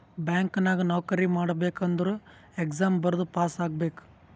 bank ನಾಗ್ ನೌಕರಿ ಮಾಡ್ಬೇಕ ಅಂದುರ್ ಎಕ್ಸಾಮ್ ಬರ್ದು ಪಾಸ್ ಆಗ್ಬೇಕ್